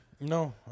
No